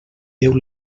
déu